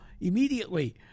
immediately